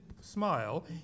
smile